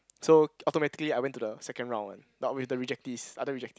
so automatically I went to the second round one but with the rejectees other reject